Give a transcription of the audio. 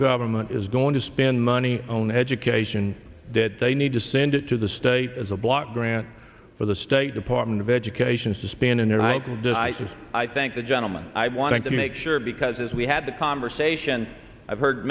government is going to spend money on education that they need to send it to the state as a block grant for the state department of education to spend in the right decisive i thank the gentleman i want to make sure because as we had the conversation i've heard